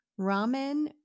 ramen